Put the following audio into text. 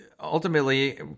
ultimately